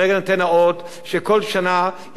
שכל שנה יש נתון קבוע,